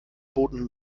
booten